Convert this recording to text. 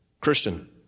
Christian